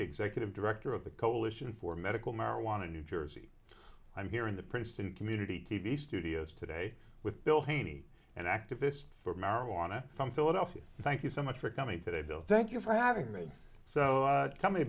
executive director of the coalition for medical marijuana new jersey i'm here in the princeton community t v studios today with bill haney and activists for marijuana from philadelphia thank you so much for coming today bill thank you for having me so tell me